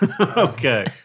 Okay